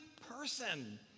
person